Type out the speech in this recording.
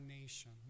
nation